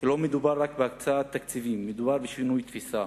שלא מדובר רק בהקצאת תקציבים אלא מדובר בשינוי תפיסה.